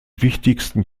wichtigsten